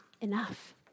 enough